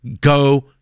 Go